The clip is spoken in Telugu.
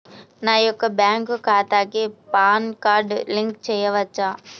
నా యొక్క బ్యాంక్ ఖాతాకి పాన్ కార్డ్ లింక్ చేయవచ్చా?